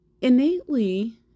innately